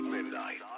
Midnight